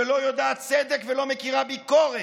שלא יודעת צדק ולא מכירה ביקורת.